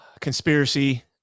conspiracy